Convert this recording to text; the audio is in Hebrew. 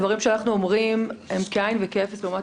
הדברים שאנחנו אומרים הם כאין וכאפס לעומת